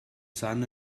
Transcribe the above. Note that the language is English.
son